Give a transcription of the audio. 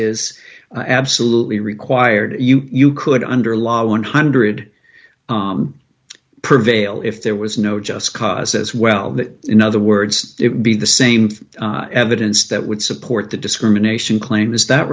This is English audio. is absolutely required you could under law one hundred prevail if there was no just cause as well that in other words it would be the same evidence that would support the discrimination claim is that